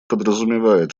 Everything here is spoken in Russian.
подразумевает